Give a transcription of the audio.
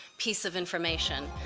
piece of information.